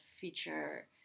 feature